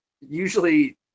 usually